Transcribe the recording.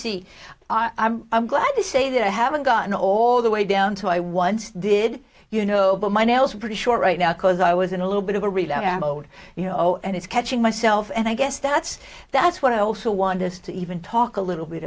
see i'm i'm glad to say that i haven't gotten all the way down to i once did you know but my nails are pretty short right now cause i was in a little bit of a readout i am owed you know and it's catching myself and i guess that's that's what i also want this to even talk a little bit